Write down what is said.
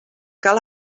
cal